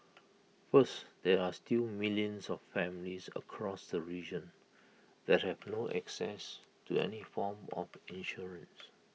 first there are still millions of families across the region that have no access to any form of insurance